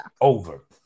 over